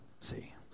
See